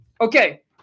Okay